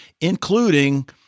including